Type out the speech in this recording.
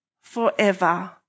forever